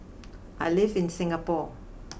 I live in Singapore